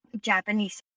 Japanese